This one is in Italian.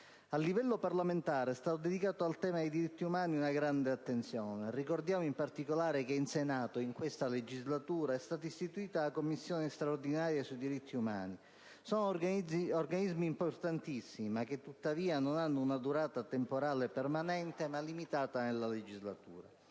A livello parlamentare è stata dedicata al tema dei diritti umani una grande attenzione. Ricordiamo, in particolare, che in Senato in questa legislatura è stata istituita la Commissione straordinaria sui diritti umani. Si tratta di organismi importantissimi, ma che tuttavia non hanno una durata temporale permanente, ma limitata alla legislatura.